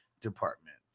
department